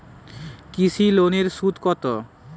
কৃষি লোনের সুদ কত?